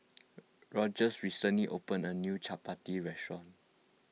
Rogers recently opened a new Chapati restaurant